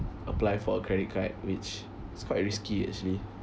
apply for a credit card which is quite risky actually